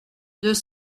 deux